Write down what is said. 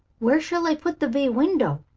where shall i put the bay window?